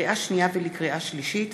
לקריאה שנייה ולקריאה שלישית,